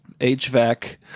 HVAC